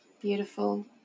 Beautiful